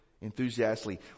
enthusiastically